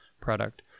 product